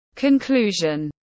Conclusion